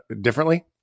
differently